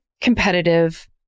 competitive